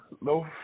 no